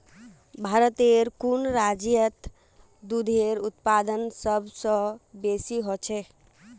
भारतेर कुन राज्यत दूधेर उत्पादन सबस बेसी ह छेक